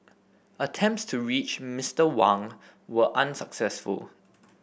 attempts to reach Mister Wang were unsuccessful